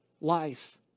life